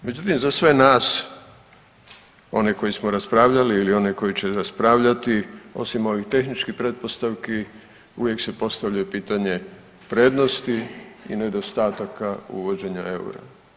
Međutim, za sve nas one koji smo raspravljali ili one koji će raspravljati, osim ovih tehničkih pretpostavki, uvijek se postavlja pitanje prednosti i nedostataka uvođenja eura.